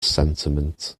sentiment